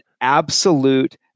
absolute